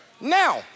Now